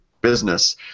business